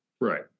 right